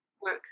work